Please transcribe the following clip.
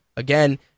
Again